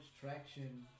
traction